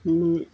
नी